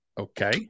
Okay